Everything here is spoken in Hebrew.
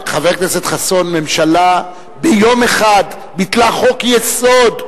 חבר הכנסת חסון, ממשלה ביום אחד ביטלה חוק-יסוד.